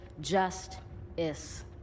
just-is